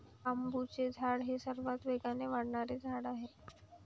बांबूचे झाड हे सर्वात वेगाने वाढणारे झाड आहे